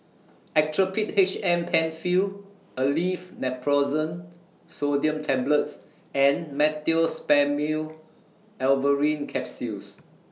Actrapid H M PenFill Aleve Naproxen Sodium Tablets and Meteospasmyl Alverine Capsules